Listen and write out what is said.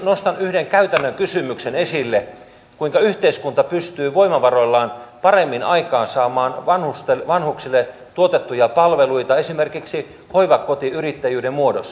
nostan yhden käytännön kysymyksen esille kuinka yhteiskunta pystyy voimavaroillaan paremmin aikaansaamaan vanhuksille tuotettuja palveluita esimerkiksi hoivakotiyrittäjyyden muodossa